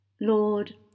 Lord